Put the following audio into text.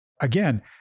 Again